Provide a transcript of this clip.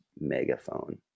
megaphone